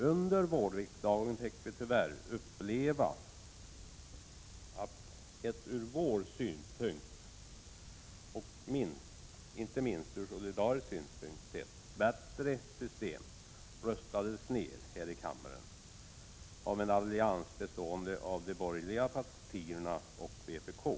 Under vårriksdagen fick vi tyvärr uppleva att ett från vår synpunkt och inte minst solidariskt sett bättre system röstades ned här i kammaren av en allians bestående av de borgerliga partierna och vpk.